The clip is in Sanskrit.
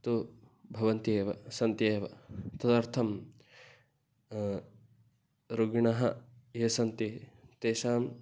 तु भवन्ति एव सन्ति एव तदर्थं रोगिणः ये सन्ति तेषाम्